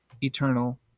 eternal